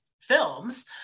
films